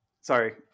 sorry